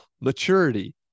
maturity